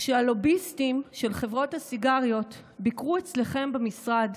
כשהלוביסטים של חברות הסיגריות ביקרו אצלכם במשרד